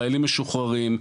חיילים משוחררים,